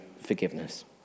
forgiveness